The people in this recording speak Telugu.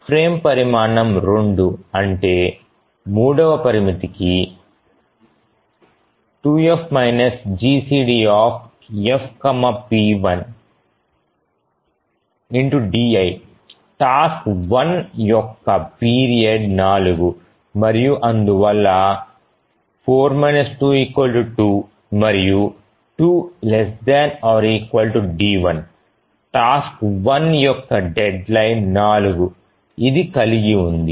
ఫ్రేమ్ పరిమాణం 2 అంటే మూడవ పరిమితికి 2F GCD F p1di task 1 యొక్క పీరియడ్ 4 మరియు అందువల్ల 4 2 2 మరియు 2 ≤ d1 టాస్క్ 1 యొక్క డెడ్లైన్ 4 ఇది కలిగి ఉంది